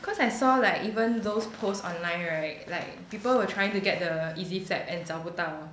cause I saw like even those post online right like people were trying to get the easy flap and 找不到